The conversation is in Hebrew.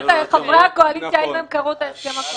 בוא תבחן את חברי הקואליציה אם הם קראו את ההסכם הקואליציוני,